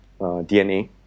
DNA